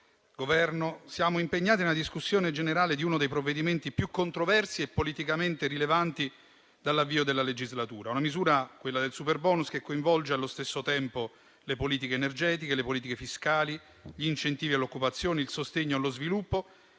siamo impegnati nella discussione generale di uno dei provvedimenti più controversi e politicamente rilevanti dall'avvio della legislatura. È una misura, quella del superbonus, che coinvolge allo stesso tempo le politiche energetiche, le politiche fiscali, gli incentivi all'occupazione, il sostegno allo sviluppo